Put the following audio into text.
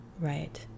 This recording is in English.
right